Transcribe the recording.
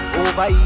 over